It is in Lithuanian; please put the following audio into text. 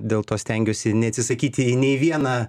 dėl to stengiuosi neatsisakyti nei vieną